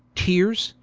teares,